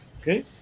Okay